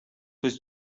was